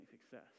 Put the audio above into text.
success